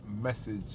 message